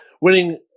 winning